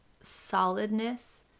solidness